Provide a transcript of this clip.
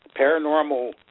paranormal